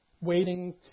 waiting